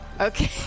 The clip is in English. Okay